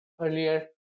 earlier